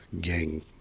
gang